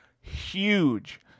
huge